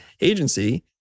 agency